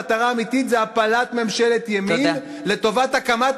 המטרה האמיתית היא הפלת ממשלת ימין לטובת הקמת